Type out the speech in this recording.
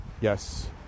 Yes